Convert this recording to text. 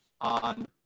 on